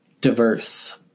diverse